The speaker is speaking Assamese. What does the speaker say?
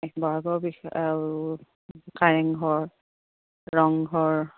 বহাগৰ বিষ আৰু কাৰেংঘৰ ৰংঘৰ